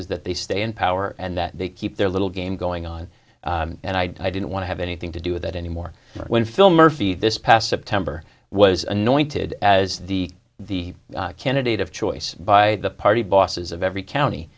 is that they stay in power and that they keep their little game going on and i didn't want to have anything to do with that anymore when phil murphy this past september was anointed as the the candidate of choice by the party bosses of every county